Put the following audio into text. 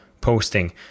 posting